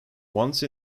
once